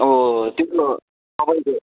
अँ तिम्रो तपाईँको